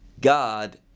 God